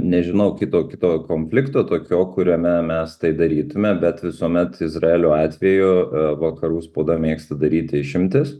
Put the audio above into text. nežinau kito kito konflikto tokio kuriame mes tai darytume bet visuomet izraelio atveju vakarų spauda mėgsta daryti išimtis